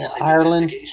Ireland